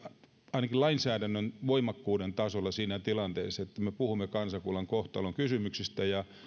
ainakin lainsäädännön voimakkuuden tasolla siinä tilanteessa että me puhumme kansakunnan kohtalonkysymyksistä